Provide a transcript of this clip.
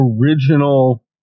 original